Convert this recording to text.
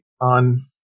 on